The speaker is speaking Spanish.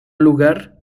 lugar